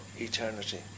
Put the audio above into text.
eternity